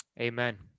Amen